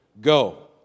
go